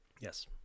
Yes